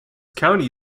county